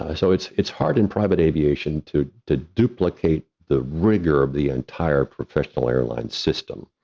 ah so, it's it's hard in private aviation to to duplicate the rigor of the entire professional airlines system.